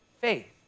faith